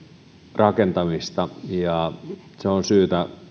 rakentamista se on syytä